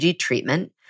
treatment